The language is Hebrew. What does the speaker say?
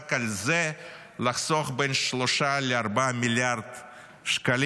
רק על זה לחסוך בין 3 ל-4 מיליארד שקלים.